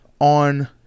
on